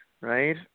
right